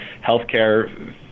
healthcare